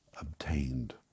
obtained